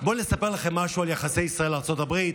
בואו נספר לכם משהו על יחסי ישראל-ארצות הברית,